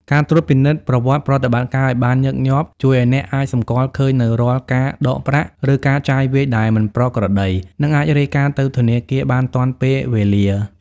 ការត្រួតពិនិត្យប្រវត្តិប្រតិបត្តិការ ឱ្យបានញឹកញាប់ ជួយឱ្យអ្នកអាចសម្គាល់ឃើញនូវរាល់ការដកប្រាក់ ឬការចាយវាយដែលមិនប្រក្រតី និងអាចរាយការណ៍ទៅធនាគារបានទាន់ពេលវេលា។